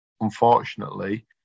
unfortunately